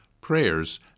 prayers